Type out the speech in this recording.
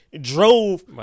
drove